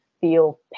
feel